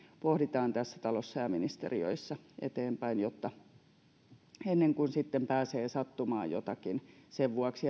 pohditaan tässä talossa ja ja ministeriöissä eteenpäin ennen kuin sitten pääsee sattumaan jotakin sen vuoksi